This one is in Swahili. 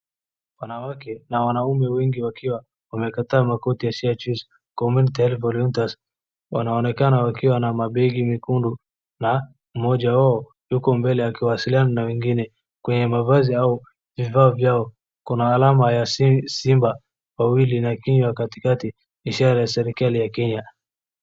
Wanawake na wanaume wengi wakiwa wamekataa makoti ya shati community health volunteers wanaonekana wakiwa na mabegi mekundu na mmoja wao yuko mbele akiwasiliana na wengine kwenye mavazi au vifaa vyao. Kuna alama ya simba wawili na kenya katikati ishara ya serikali ya Kenya.